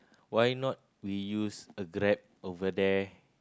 why not we use a Grab over there